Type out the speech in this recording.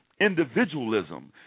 individualism